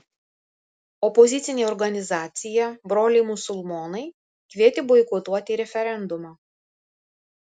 opozicinė organizacija broliai musulmonai kvietė boikotuoti referendumą